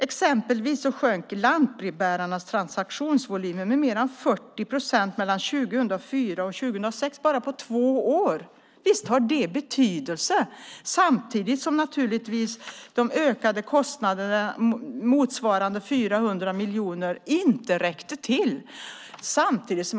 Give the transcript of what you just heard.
Exempelvis sjönk lantbrevbärarnas transaktionsvolymer med mer än 40 procent på bara två år, mellan 2004 och 2006. Visst har det betydelse, samtidigt som de ökade satsningarna motsvarande 400 miljoner naturligtvis inte räckte till.